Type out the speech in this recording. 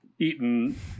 eaten